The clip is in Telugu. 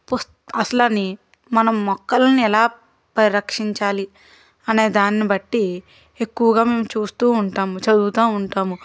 పుస్త అసలు అన్నీ మనం మొక్కలని ఎలా పరిరక్షించాలి అనేదాన్ని బట్టి ఎక్కువగా చూస్తూ ఉంటాము చదువుతూ ఉంటాము